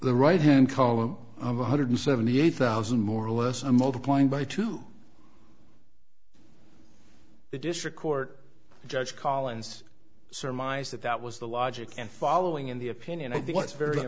the right hand column one hundred seventy eight thousand more or less a multiplying by two the district court judge collins surmised that that was the logic and following in the opinion i think it's very